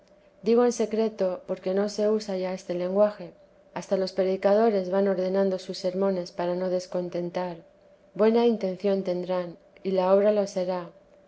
digo en secreto porque no se usa ya este lenguaje hasta los predicadores van ordenando sus sermones para no descontentar buena intención ternán y la obra lo será